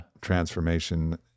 transformation